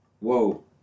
whoa